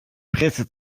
presse